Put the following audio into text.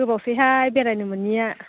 गोबावसैहाय बेरायनो मोनिया